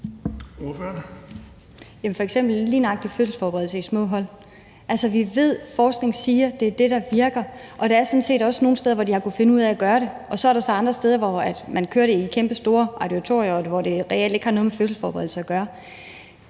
lige nøjagtig fødselsforberedelse i små hold vil jeg sige, at vi ved, at forskning siger, at det er det, der virker, og der er sådan set også nogle steder, hvor de har kunnet finde ud af at gøre det, og så er der så andre steder, hvor man kører det i kæmpestore auditorier, hvor det reelt ikke har noget med fødselsforberedelse at gøre.